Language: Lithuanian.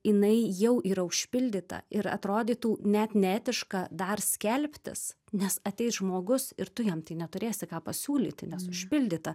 jinai jau yra užpildyta ir atrodytų net neetiška dar skelbtis nes ateis žmogus ir tu jam tai neturėsi ką pasiūlyti nes užpildyta